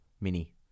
mini